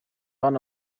hano